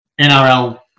NRL